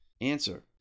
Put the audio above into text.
Answer